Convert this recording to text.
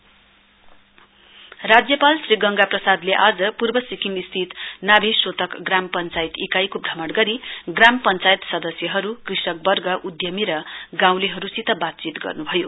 governor राज्यपाल श्री गंगा प्रसादले आज पूर्व सिक्किम स्थित नाभेशोतक ग्राम पञ्चायत इकाइको भ्रमण गरि ग्राम पञ्चायत सदस्यहरु कृषकवर्ग उधमी र गाँउलेहरुसित बातचीत गर्न्भयो